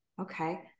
Okay